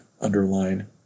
underline